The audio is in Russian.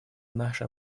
наше